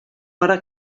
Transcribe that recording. hora